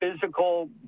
physical